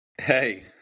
Hey